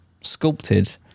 sculpted